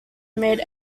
made